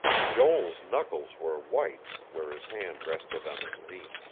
joel's knuckles were white, where his hand rested on his knee.